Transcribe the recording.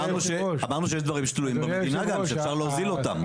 אמרנו שיש דברים שתלויים במדינה גם שאפשר להוזיל אותם.